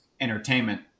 entertainment